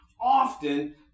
often